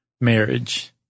marriage